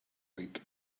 week